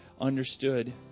understood